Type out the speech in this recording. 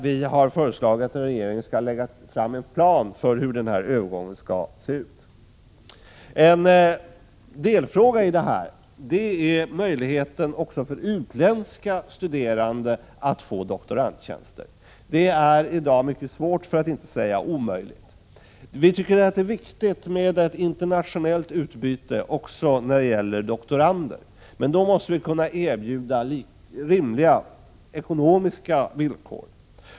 Vi har föreslagit att regeringen skall lägga fram en plan för hur den övergången skall se ut. En delfråga i detta sammanhang gäller möjligheten för utländska studerande att få doktorandtjänster. Detta är i dag mycket svårt, för att inte säga omöjligt. Vi tycker det är viktigt med ett internationellt utbyte också när det gäller doktorander, men då måste vi kunna erbjuda rimliga ekonomiska villkor.